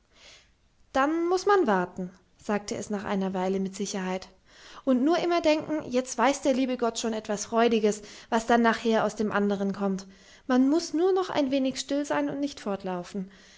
dann muß man warten sagte es nach einer weile mit sicherheit und nur immer denken jetzt weiß der liebe gott schon etwas freudiges das dann nachher aus dem anderen kommt man muß nur noch ein wenig still sein und nicht fortlaufen